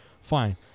Fine